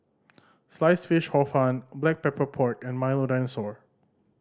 Sliced Fish Hor Fun Black Pepper Pork and Milo Dinosaur